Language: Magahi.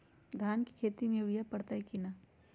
धान के खेती में यूरिया परतइ कि न?